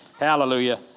Hallelujah